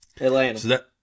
Atlanta